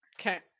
Okay